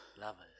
Lovers